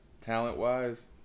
talent-wise